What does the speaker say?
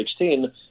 2016